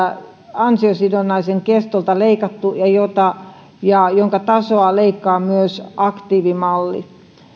ansiosidonnaisen kestosta leikattu ja jonka tasoa leikkaa myös aktiivimalli